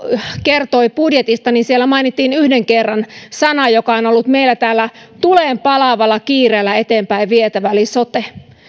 kertoi budjetista niin siellä mainittiin yhden kerran sana joka on ollut meillä täällä tulenpalavalla kiireellä eteenpäin vietävä eli sote